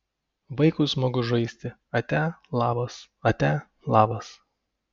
vaikui smagu žaisti atia labas atia labas